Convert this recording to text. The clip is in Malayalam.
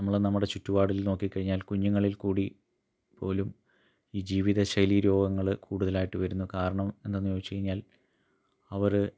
നമ്മൾ നമ്മുടെ ചുറ്റുപാടിൽ നോക്കി കഴിഞ്ഞാൽ കുഞ്ഞുങ്ങളിൽ കൂടി പോലും ഈ ജീവിതശൈലീ രോഗങ്ങൾ കൂടുതലായിട്ട് വരുന്നു കാരണം എന്തെന്ന് ചോദിച്ച് കഴിഞ്ഞാൽ അവർ